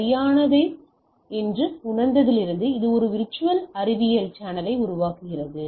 சரியானதை உணர்ந்ததிலிருந்து இது ஒருவித விர்ச்சுவல் அறிவியல் சேனலை உருவாக்குகிறது